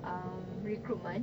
um recruitment